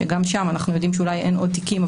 שגם שם אנחנו יודעים שאולי אין עוד תיקים,